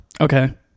okay